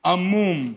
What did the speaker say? עמום,